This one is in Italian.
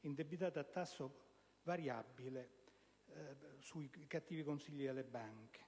indebitati a tasso variabile, che hanno seguito i cattivi consigli delle banche.